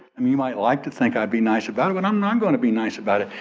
um you might like to think i'd be nice about it but i'm not gonna be nice about it.